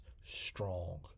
strong